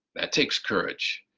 that takes courage.